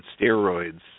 steroids